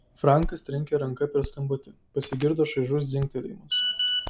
frankas trenkė ranka per skambutį pasigirdo šaižus dzingtelėjimas